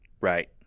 Right